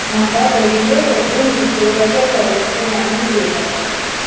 म्हाका भरिल्ल्यो डब्बू मिर्च्यो कशें करप हें जाणून घेवपाक जाय